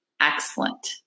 excellent